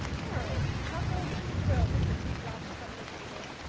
harold chuckled and crowed as he dropped from the table,